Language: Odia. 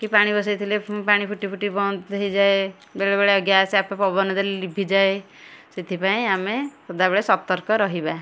କି ପାଣି ବସେଇଥିଲେ ପାଣି ଫୁଟି ଫୁଟି ବନ୍ଦ ହୋଇଯାଏ ବେଳେ ବେଳେ ଗ୍ୟାସ୍ ଆପେ ପବନ ଦେଲେ ଲିଭିଯାଏ ସେଥିପାଇଁ ଆମେ ସଦାବେଳେ ସତର୍କ ରହିବା